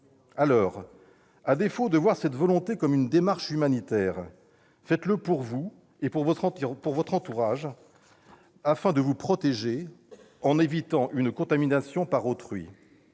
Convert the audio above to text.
Alors, à défaut de voir cette volonté comme une démarche humanitaire, faites-le pour vous et pour votre entourage, afin de vous protéger en évitant une contamination par autrui.